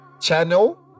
channel